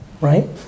right